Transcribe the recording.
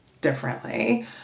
differently